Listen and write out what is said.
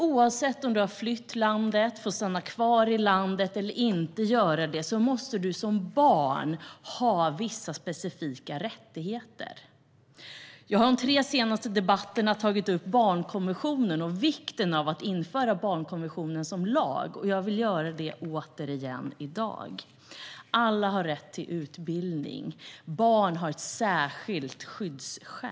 Oavsett om du har flytt ditt land, oavsett om du får stanna kvar här i landet eller inte måste du som barn ha vissa specifika rättigheter. Jag har i de tre senaste debatterna tagit upp barnkonventionen och vikten av att införa barnkonventionen som lag, och jag vill göra det även i dag. Alla har rätt till utbildning. Barn har ett särskilt skyddsskäl.